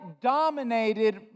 dominated